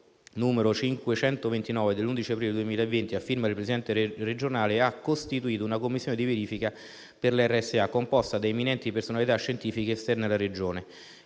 n. 529 dell'11 aprile 2020, a firma del presidente regionale, ha costituito una commissione di verifica per le RSA composta da eminenti personalità scientifiche esterne alla Regione.